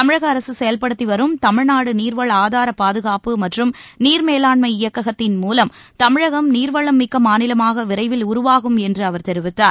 தமிழக அரசு செயல்படுத்திவரும் தமிழ்நாடு நீர்வள ஆதார பாதுகாப்பு மற்றும் நீர் மேலாண்மை இயக்கத்தின் மூலம் தமிழகம் நீர்வளம் மிக்க மாநிலமாக விரைவில் உருவாகும் என்று அவர் தெரிவித்தார்